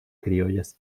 criollas